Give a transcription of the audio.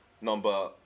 Number